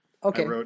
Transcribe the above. Okay